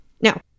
Now